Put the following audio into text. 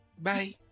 bye